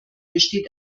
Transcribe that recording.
besteht